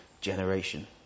generation